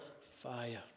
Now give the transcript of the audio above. fire